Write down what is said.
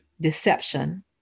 deception